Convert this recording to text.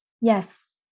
Yes